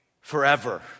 forever